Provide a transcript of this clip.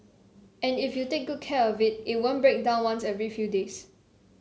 and if you take good care of it it won't break down once every few days